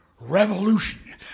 revolution